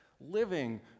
living